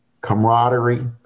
camaraderie